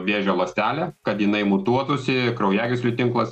vėžio ląstelę kad jinai mutuotųsi kraujagyslių tinklas